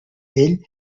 vell